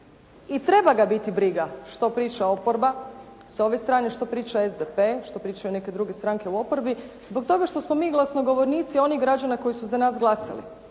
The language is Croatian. i treba ga biti briga što priča oporba sa ove strane, što priča SDP, što pričaju neke druge stranke u oporbi zbog toga što smo mi glasnogovornici onih građana koji su za nas glasali.